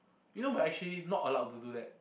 you know we are actually not allowed to do that